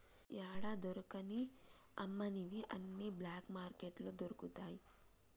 యాడా దొరకని అమ్మనివి అన్ని బ్లాక్ మార్కెట్లో దొరుకుతయి